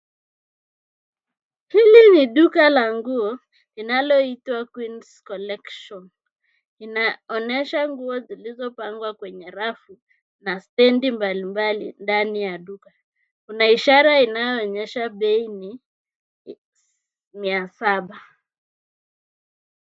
Hili ni duka la nguo linaloitwa [queens collection ] inaonyesha nguo zilizopangwa kwenye rafu na stendi mbali mbali ndani ya duka, ina ishara inayoonyesha bei ni mia saba .